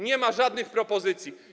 Nie ma żadnych propozycji.